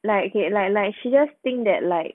like okay like like she just think that like